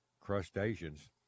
crustaceans